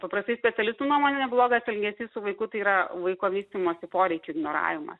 paprastai specialistų nuomone blogas elgesys su vaiku tai yra vaiko vystymosi poreikių ignoravimas